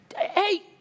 Hey